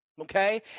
Okay